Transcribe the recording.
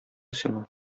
сиңа